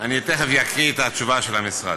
אני תכף אקריא את התשובה של המשרד.